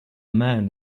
man